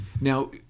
Now